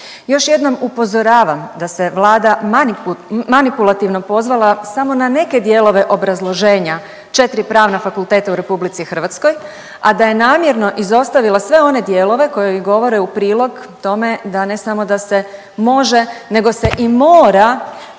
Još jednom upozoravam da se Vlada manipulativno pozvala samo na neke dijelove obrazloženja, četri pravna fakulteta u RH, a da je namjerno izostavila sve one dijelove koji govore u prilog tome da ne samo da se može nego se i mora